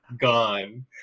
gone